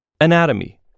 Anatomy